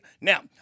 Now